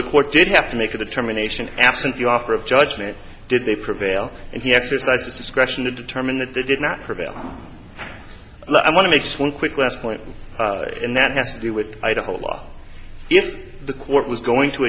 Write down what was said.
the court did have to make a determination absent the offer of judgment did they prevail and he exercised discretion to determine that they did not prevail i want to make one quick last point in that have to do with idaho law if the court was going to